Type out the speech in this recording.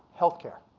healthcare.